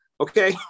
Okay